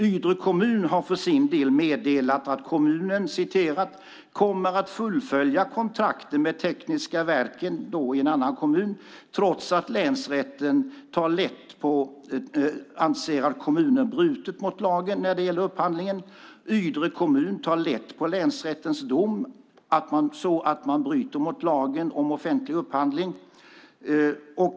Ydre kommun har för sin del meddelat att kommunen kommer att fullfölja kontraktet med Tekniska Verken i en annan kommun trots att länsrätten anser att kommunen brutit mot lagen när det gäller upphandlingen. Ydre kommun tar lätt på länsrättens dom om att man bryter mot lagen om offentlig upphandling.